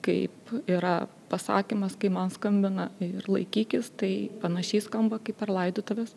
kaip yra pasakymas kai man skambina ir laikykis tai panašiai skamba kaip per laidotuves